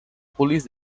police